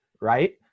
right